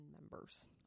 members